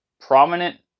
prominent